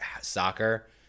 soccer